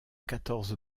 quatorze